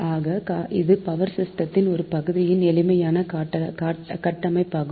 ஆக இது பவர் சிஸ்டமின் ஒரு பகுதியின் எளிமையான கட்டமைப்பாகும்